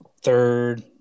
third